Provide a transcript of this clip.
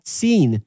seen